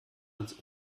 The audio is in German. ans